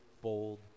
bold